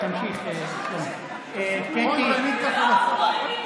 זה הסגנון שאתה רוצה?